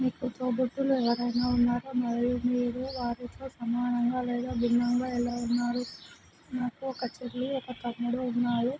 మీకు తోబుట్టువులు ఎవరైనా ఉన్నారా మరియు మీరు వారితో సమానంగా లేదా భిన్నంగా ఎలా ఉన్నారు నాకు ఒక చెల్లి ఒక తమ్ముడు ఉన్నారు